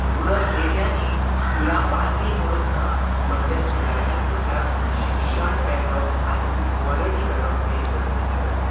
rural एरियांनी स्कुलां बांदलीं म्हणून ना बट त्या स्कुलांनी भुरग्यांक शिक्षण मेळप आनी इक्वॉलिटी मेळप हें गरजेची गजाल